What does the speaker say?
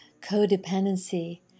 codependency